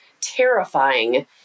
terrifying